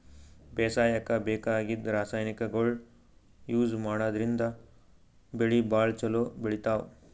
ಬೇಸಾಯಕ್ಕ ಬೇಕಾಗಿದ್ದ್ ರಾಸಾಯನಿಕ್ಗೊಳ್ ಯೂಸ್ ಮಾಡದ್ರಿನ್ದ್ ಬೆಳಿ ಭಾಳ್ ಛಲೋ ಬೆಳಿತಾವ್